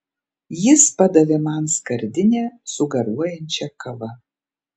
jis padavė man skardinę su garuojančia kava